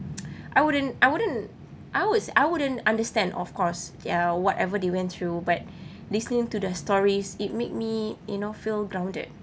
I wouldn't I wouldn't I was I wouldn't understand of course ya whatever they went through but listening to their stories it make me you know feel grounded